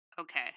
Okay